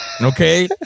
okay